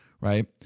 Right